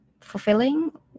fulfilling